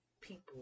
people